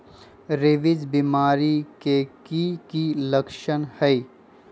rabies बीमारी के कि कि लच्छन हई